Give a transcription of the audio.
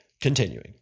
continuing